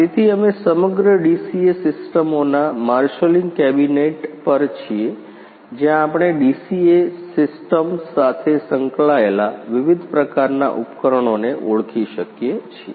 તેથી અમે સમગ્ર ડીસીએ સિસ્ટમોના માર્શલિંગ કેબિનેટ પર છીએ જ્યાં આપણે ડીસીએ સિસ્ટમ્સ સાથે સંકળાયેલા વિવિધ પ્રકારનાં ઉપકરણોને ઓળખી શકીએ છીએ